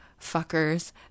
fuckers